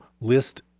list